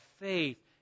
faith